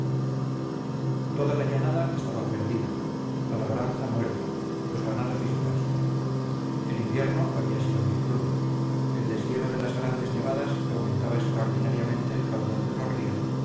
toda la llanada estaba perdida la labranza muerta los ganados dispersos el invierno había sido muy crudo el deshielo de las grandes nevadas aumentaba extraordinariamente el caudal de los ríos